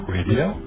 Radio